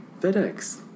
FedEx